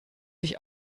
sich